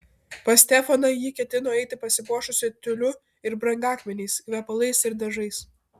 pas stefaną ji ketino eiti pasipuošusi tiuliu ir brangakmeniais kvepalais ir dažais